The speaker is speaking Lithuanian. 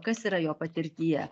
kas yra jo patirtyje